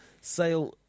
Sale